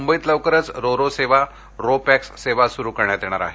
मुंबईत लवकरच ro ro सेवा रो पॅक्स सेवा सुरू करण्यात येणार आहे